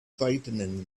frightening